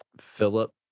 philip